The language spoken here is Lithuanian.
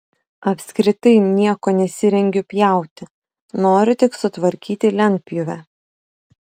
apskritai nieko nesirengiu pjauti noriu tik sutvarkyti lentpjūvę